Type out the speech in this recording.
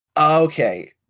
Okay